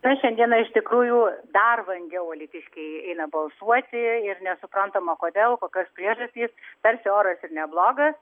na šiandieną iš tikrųjų dar vangiau alytiškiai eina balsuoti ir nesuprantama kodėl kokios priežastys tarsi oras ir neblogas